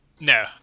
No